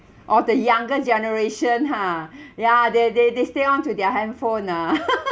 oh the younger generation !huh! ya they they they stay on to their handphone ah